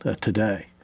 today